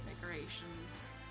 decorations